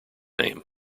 name